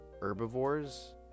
herbivores